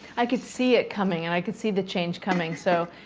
i could see it coming. and i could see the change coming. so,